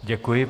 Děkuji.